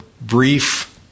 brief